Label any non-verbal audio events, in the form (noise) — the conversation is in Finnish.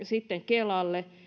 (unintelligible) sitten kelalle